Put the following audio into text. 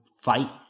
fight